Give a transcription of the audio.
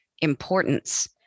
importance